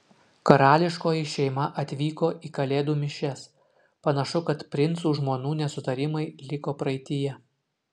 karališkoji šeima atvyko į kalėdų mišias panašu kad princų žmonų nesutarimai liko praeityje